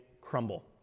crumble